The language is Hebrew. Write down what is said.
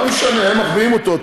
לא משנה, הם מחביאים אותו.